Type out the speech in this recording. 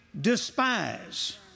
despise